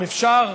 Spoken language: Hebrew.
אם אפשר,